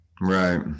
right